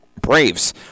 Braves